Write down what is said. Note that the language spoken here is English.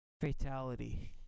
fatality